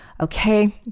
Okay